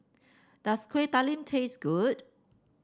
does Kueh Talam taste good